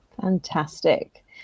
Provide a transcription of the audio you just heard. Fantastic